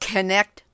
Connect